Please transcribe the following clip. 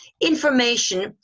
information